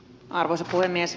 arvoisa puhemies